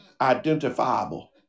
identifiable